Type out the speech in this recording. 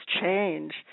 change